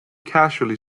casually